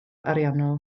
ariannol